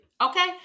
Okay